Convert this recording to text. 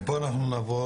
מפה אנחנו נעבור,